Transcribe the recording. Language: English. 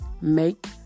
Make